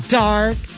dark